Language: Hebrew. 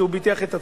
שהוא ביטח את עצמו,